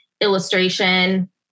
illustration